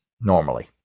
normally